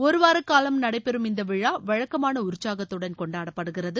ஒருவார காலம் நடைபெறும் இந்த விழா வழக்கமான உற்சாகத்துடன் கொண்டாடப்படுகிறது